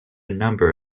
number